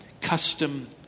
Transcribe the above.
custom